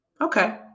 Okay